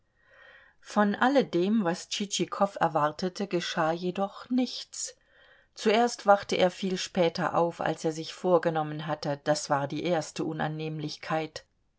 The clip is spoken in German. von alledem was tschitschikow erwartete geschah jedoch nichts zuerst wachte er viel später auf als er sich vorgenommen hatte das war die erste unannehmlichkeit